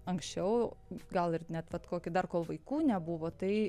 anksčiau gal ir net vat kokį dar kol vaikų nebuvo tai